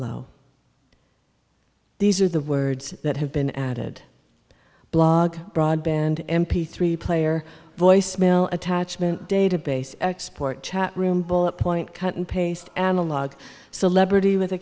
willow these are the words that have been added blog broadband m p three player voice mail attachment database export chat room bullet point cut and paste analog celebrity with a